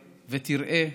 ותראה,